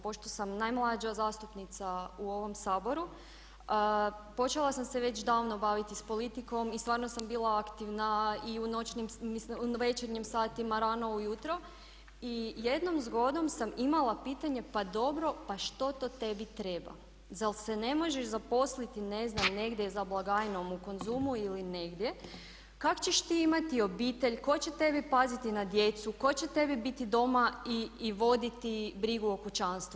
Pošto sam najmlađa zastupnica u ovom Saboru počela sam se već davno baviti s politikom i stvarno sam bila aktivna i u večernjim satima, rano ujutro i jednom zgodom sam imala pitanje pa dobro pa što to tebi treba, zar se ne možeš zaposliti ne znam negdje za blagajnom u Konzumu ili negdje, kak' ćeš ti imati obitelj, ko će tebi paziti na djecu, ko će tebi biti doma i voditi brigu o kućanstvu.